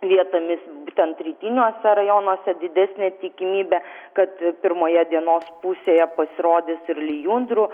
vietomis būtent rytiniuose rajonuose didesnė tikimybė kad pirmoje dienos pusėje pasirodys ir lijundrų